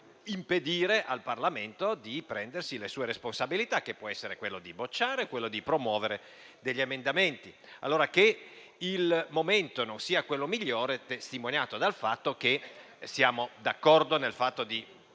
impedire al Parlamento di prendersi le proprie responsabilità, che possono essere quelle di bocciare o di promuovere degli emendamenti. Allora che il momento non sia quello migliore è testimoniato dal fatto che siamo d'accordo nel fatto di